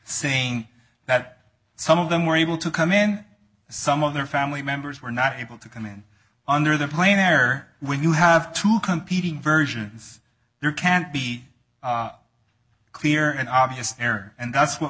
saying that some of them were able to come in some of their family members were not able to come in under the plane or when you have two competing versions there can't be clear and obvious error and that's what